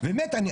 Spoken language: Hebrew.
באמת אני,